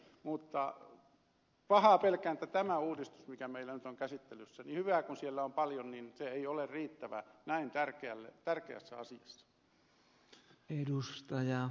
mutta pahaa pelkään että tämä uudistus mikä meillä nyt on käsittelyssä niin paljon kuin siellä onkin hyvää ei ole riittävä näin tärkeässä asiassa